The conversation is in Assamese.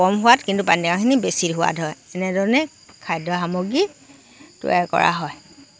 সোৱাদ কিন্তু পানীটেঙাখিনি বেছি সোৱাদ হয় তেনেধৰণে খাদ্য সামগ্ৰী তৈয়াৰ কৰা হয়